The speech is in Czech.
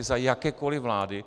Za jakékoli vlády.